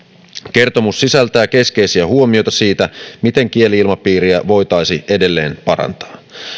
kertomus sisältää keskeisiä huomioita siitä miten kieli ilmapiiriä voitaisiin edelleen parantaa